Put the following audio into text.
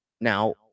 Now